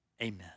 Amen